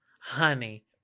Honey